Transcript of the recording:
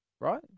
Right